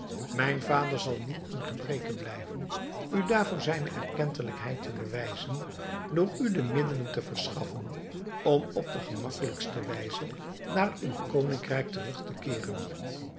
mijn vader zal niet in gebreke blijven u daarvoor zijne erkentelijkheid te bewijzen door u de middelen te verschaffen om op de gemakkelijkste wijze naar uw koningrijk terug te keeren